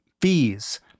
fees